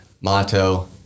Motto